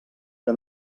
que